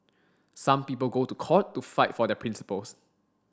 some people go to court to fight for their principles